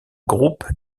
groupe